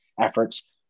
efforts